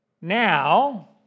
Now